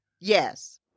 Yes